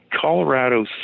Colorado